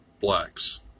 blacks